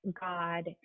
god